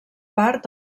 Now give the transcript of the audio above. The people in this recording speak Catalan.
part